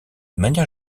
manière